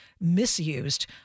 misused